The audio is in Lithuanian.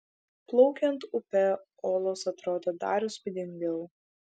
plaukiant upe olos atrodo dar įspūdingiau